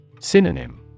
Synonym